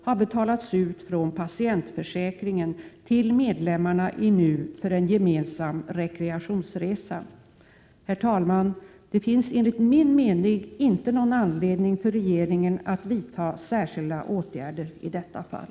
har betalats ut från patientförsäkringen till medlemmarna i NU för en gemensam rekreationsresa. Herr talman! Det finns enligt min mening inte någon anledning för regeringen att vidta särskilda åtgärder i detta fall.